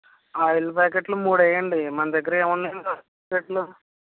oil ప్యాకెట్లు మూడు వెయ్యండి మన దగ్గర ఎమున్నాయండి ఆయిల్ ప్యాకెట్లు